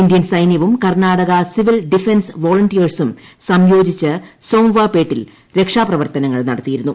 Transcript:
Indian സൈനൃവും Karnataka civil defence വോളണ്ടിയേർസും സംയോജിച്ച് സോംവാർ പേട്ടിൽ രക്ഷാപ്രവർത്തനങ്ങൾ നടത്തിയിരുന്നു